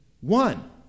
one